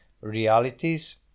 realities